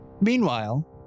Meanwhile